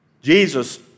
Jesus